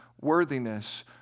worthiness